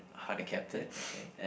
the captain okay